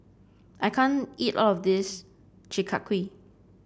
I can't eat all of this Chi Kak Kuih